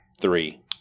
three